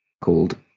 Called